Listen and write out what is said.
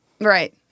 Right